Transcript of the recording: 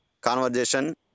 conversation